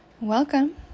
Welcome